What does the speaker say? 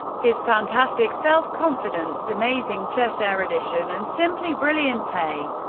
his fantastic self-confidence, amazing chess erudition and simply brilliant play!